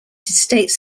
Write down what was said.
states